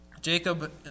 Jacob